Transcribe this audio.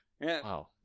Wow